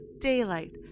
Daylight